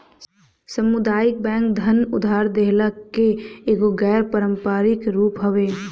सामुदायिक बैंक धन उधार देहला के एगो गैर पारंपरिक रूप हवे